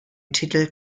titel